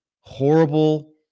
horrible